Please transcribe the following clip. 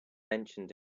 mentioned